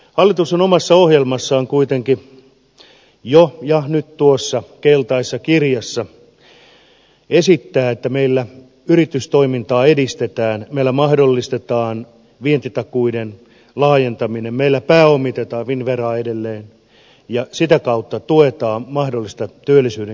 hallitus kuitenkin jo omassa ohjelmassaan ja nyt tuossa keltaisessa kirjassa esittää että meillä yritystoimintaa edistetään meillä mahdollistetaan vientitakuiden laajentaminen meillä pääomitetaan finnveraa edelleen ja sitä kautta tuetaan mahdollista työllisyyden kehittymistä